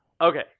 Okay